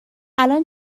الان